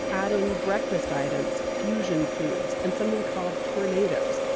and breakfast items, fusion foods, and something called tornados.